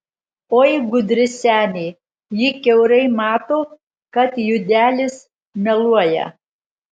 oi gudri senė ji kiaurai mato kad judelis meluoja